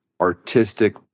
artistic